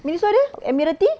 Miniso ada admiralty